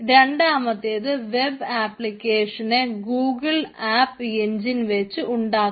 രണ്ടാമത്തേത് വെബ് ആപ്ലിക്കേഷനെ Google app engine വെച്ച് ഉണ്ടാക്കണം